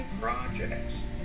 projects